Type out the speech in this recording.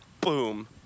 Boom